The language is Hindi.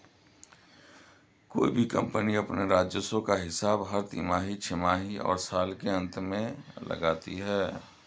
कोई भी कम्पनी अपने राजस्व का हिसाब हर तिमाही, छमाही और साल के अंत में लगाती है